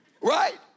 Right